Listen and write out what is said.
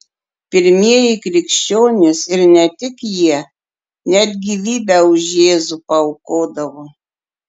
pirmieji krikščionys ir ne tik jie net gyvybę už jėzų paaukodavo